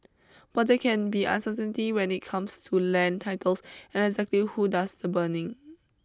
but they can be uncertainty when it comes to land titles and exactly who does the burning